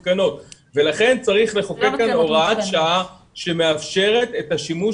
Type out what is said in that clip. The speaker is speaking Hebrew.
לכן צריך לחוקק כאן הוראת שעה שמאפשרת את השימוש